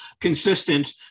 consistent